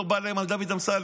לא בא להם על דוד אמסלם.